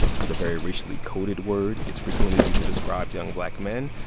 it's a very racially coded word. it's frequently used to describe young black men.